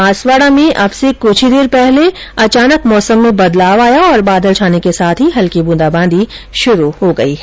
बांसवाडा में अब से कुछ ही देर पहले मौसम अचानक बदल गया और बादल छाने के साथ ही हल्की बूंदाबांदी शुरू हो गई है